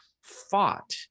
fought